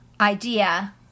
idea